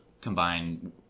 combine